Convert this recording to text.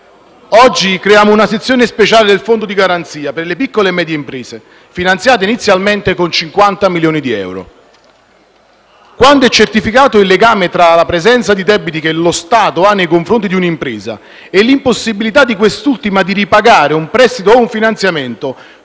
Oggi creiamo una sezione speciale del Fondo di garanzia per le piccole e medie imprese, finanziato inizialmente con 50 milioni di euro. Quando è certificato il legame tra la presenza di debiti che lo Stato ha nei confronti di un'impresa e l'impossibilità di quest'ultima di ripagare un prestito o un finanziamento,